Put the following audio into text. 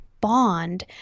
bond